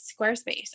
Squarespace